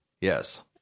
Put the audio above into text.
Yes